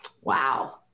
Wow